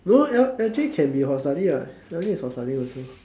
no that one actually can be for study lah actually can be for study also